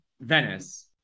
Venice